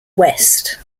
west